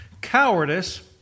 cowardice